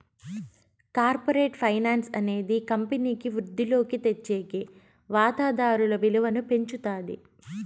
corporate finance అనేది కంపెనీకి వృద్ధిలోకి తెచ్చేకి వాతాదారుల విలువను పెంచుతాది